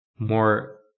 more